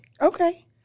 Okay